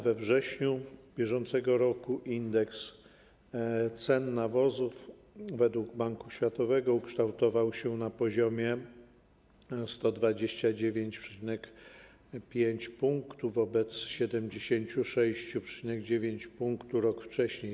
We wrześniu br. indeks cen nawozów według Banku Światowego ukształtował się na poziomie 129,5 pkt wobec 76,9 pkt rok wcześniej.